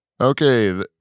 Okay